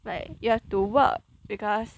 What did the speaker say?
like you have to work because